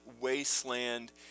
wasteland